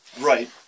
Right